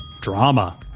Drama